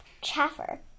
Chaffer